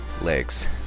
legs